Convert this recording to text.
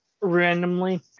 randomly